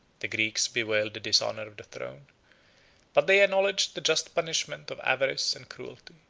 the greeks bewailed the dishonor of the throne but they acknowledged the just punishment of avarice and cruelty.